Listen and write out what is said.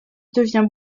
devient